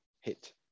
hit